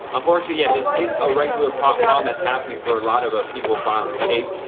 unfortunately, yeah this is a regular problem problem that's happening for a lot of ah people filing the case,